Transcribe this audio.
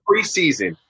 preseason